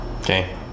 okay